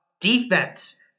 Defense